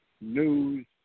news